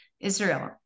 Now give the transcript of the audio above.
Israel